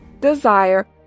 desire